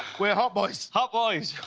we're hot boys! hot boys!